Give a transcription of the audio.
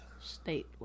State